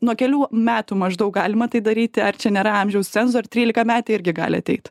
nuo kelių metų maždaug galima tai daryti ar čia nėra amžiaus cenzo ir trylikametė irgi gali ateit